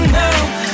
now